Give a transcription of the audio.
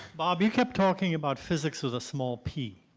bob, you kept talking about physics with a small p.